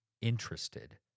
interested